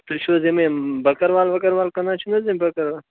تُہۍ چھِوٕ حظ یِم یِم بکٕروال وکٕروال کٕنان چھِو نہَ حظ یِم بکٕروال